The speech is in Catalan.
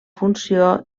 funció